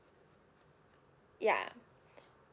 ya